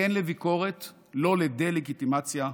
כן לביקורת, לא לדה-לגיטימציה,